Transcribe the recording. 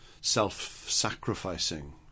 self-sacrificing